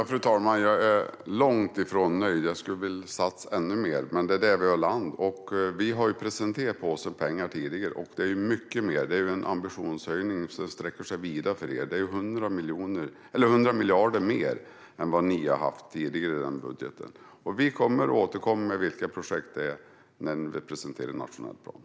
Fru talman! Jag är långt ifrån nöjd. Jag skulle vilja satsa ännu mer, men det är där vi har landat. Vi har presenterat en påse pengar som innebär en ambitionshöjning och som innehåller 100 miljarder mer än vad ni har haft tidigare i er budget. Vi kommer att återkomma med vilka projekt det är när vi presenterar den nationella planen.